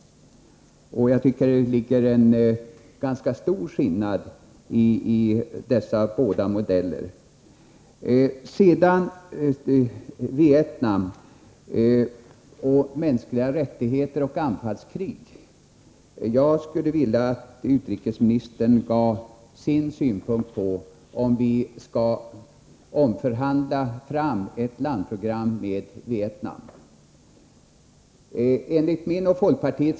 Jag tycker att det är en ganska stor skillnad mellan dessa två typer av bistånd. Sedan några ord om Vietnam, mänskliga rättigheter och anfallskrig. Jag skulle vilja att utrikesministern gav sin syn på om vi skall förhandla fram ett landprogram med Vietnam.